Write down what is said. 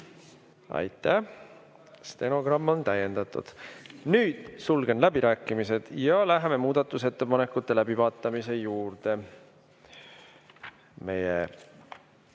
Aitäh! Stenogramm on täiendatud. Nüüd sulgen läbirääkimised ja läheme muudatusettepanekute läbivaatamise juurde. Meie